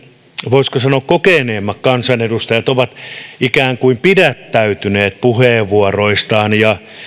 voisiko sanoa kokeneemmat kansanedustajat ovat ikään kuin pidättäytyneet puheenvuoroistaan ja